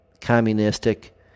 communistic